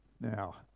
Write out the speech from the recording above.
now